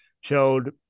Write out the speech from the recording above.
showed